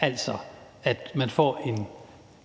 altså at man får en